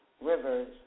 rivers